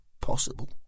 possible